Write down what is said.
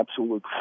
absolute